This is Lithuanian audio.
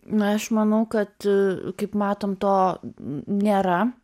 na aš manau kad kaip matom to nėra